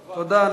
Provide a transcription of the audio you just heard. תודה.